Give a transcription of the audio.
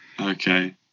Okay